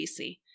BC